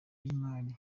y’imari